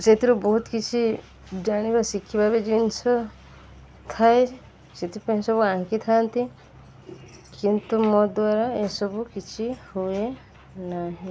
ସେଥିରୁ ବହୁତ କିଛି ଜାଣିବା ଶିଖିବା ବି ଜିନିଷ ଥାଏ ସେଥିପାଇଁ ସବୁ ଆଙ୍କିଥାନ୍ତି କିନ୍ତୁ ମୋ ଦ୍ୱାରା ଏସବୁ କିଛି ହୁଏ ନାହିଁ